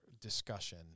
discussion